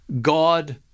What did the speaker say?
God